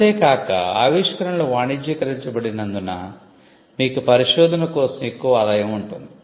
అంతే కాక ఆవిష్కరణలు వాణిజ్యీకరించబడినందున మీకు పరిశోధన కోసం ఎక్కువ ఆదాయం ఉంటుంది